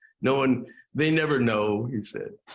no one they never know, he said.